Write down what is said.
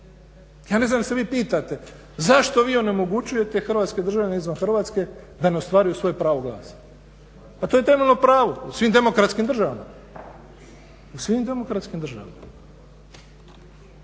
Ja mislim da se vi pitate zašto vi onemogućujete hrvatskim državljanima izvan Hrvatske da ne ostvaruju svoje pravo glasa? Pa to je temeljno pravo u svim demokratskim državama. Hvala na dobacivanjima.